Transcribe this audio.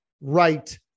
right